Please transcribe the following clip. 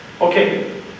Okay